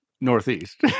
Northeast